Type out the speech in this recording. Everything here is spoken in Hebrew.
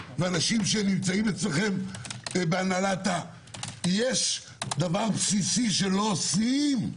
ואנשים שנמצאים אצלכם בהנהלה יש דבר בסיסי שלא עושים.